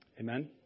Amen